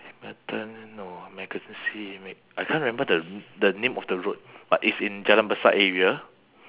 newton no mackenzie m~ I can't remember the the name of the road but it's in jalan besar area